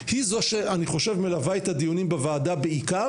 אני חושב שהיא זו שמלווה את הדיונים בוועדה בעיקר,